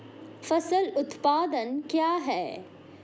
फसल उत्पादन क्या है?